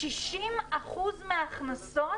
60% מהכנסות